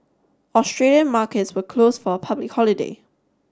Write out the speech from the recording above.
Australian markets were close for a public holiday